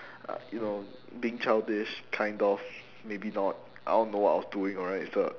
uh you know being childish kind of maybe not I don't know what I was doing alright so